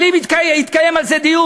אבל אם יתקיים על זה דיון,